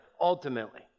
ultimately